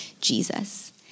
Jesus